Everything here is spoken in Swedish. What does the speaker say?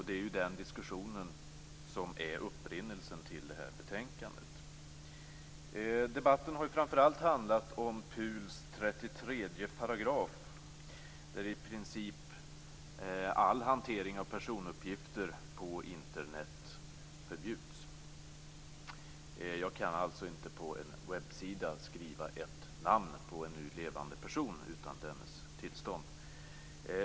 Det är den diskussionen som är upprinnelsen till betänkandet. Debatten har framför allt handlat om PUL:s 33 § där i princip all hantering av personuppgifter på Internet förbjuds. Jag kan alltså inte på en webbsida skriva ett namn på en nu levande person utan dennes tillstånd.